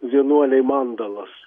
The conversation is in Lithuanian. vienuoliai mandalas